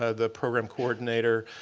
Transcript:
ah the program coordinator,